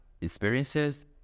experiences